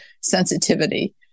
sensitivity